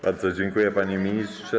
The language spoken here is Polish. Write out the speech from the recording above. Bardzo dziękuję, panie ministrze.